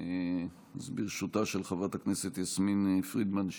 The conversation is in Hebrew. חברת הכנסת יסמין פרידמן,